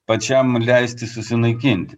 pačiam leisti susinaikinti